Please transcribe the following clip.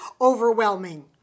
overwhelming